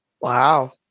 Wow